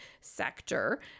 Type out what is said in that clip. sector